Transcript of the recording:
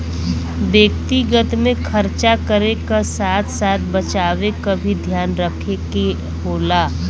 व्यक्तिगत में खरचा करे क साथ साथ बचावे क भी ध्यान रखे क होला